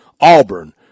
Auburn